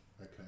Okay